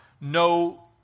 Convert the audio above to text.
no